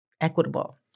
equitable